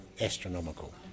astronomical